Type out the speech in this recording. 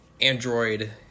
Android